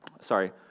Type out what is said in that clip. sorry